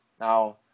Now